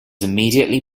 immediately